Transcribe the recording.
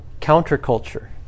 counterculture